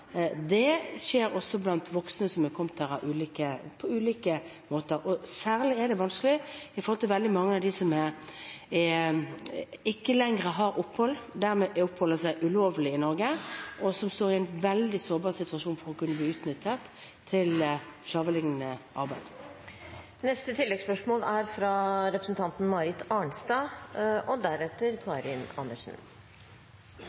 skjer også blant voksne som har kommet hit på ulike måter. Særlig er det vanskelig når det gjelder veldig mange av dem som ikke lenger har opphold, og som dermed oppholder seg ulovlig i Norge, og som står i en veldig sårbar situasjon for å kunne bli utnyttet til slavelignende arbeid. Marit Arnstad – til oppfølgingsspørsmål. Som flere har pekt på, er